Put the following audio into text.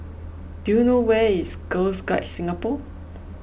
do you know where is Girs Guides Singapore